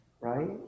right